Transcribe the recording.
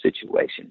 situation